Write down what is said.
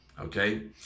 okay